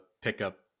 pickup